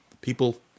people